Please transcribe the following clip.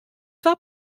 twa